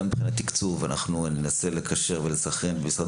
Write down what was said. גם מבחינת תקצוב אנחנו ננסה לקשר ולסנכרן בין משרד